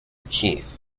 keith